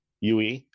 UE